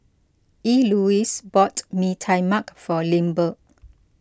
Elouise bought Mee Tai Mak for Lindbergh